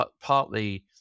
partly